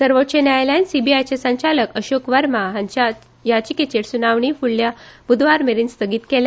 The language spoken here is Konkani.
सर्वोच्च न्यायालयान सीबीआयचे संचालक अशोक वर्मा हांचे याचिकेचेर सुनावणी फूडल्या बुधवार मेरेन स्थगीत केल्या